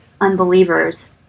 unbelievers